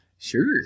Sure